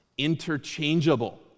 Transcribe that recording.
interchangeable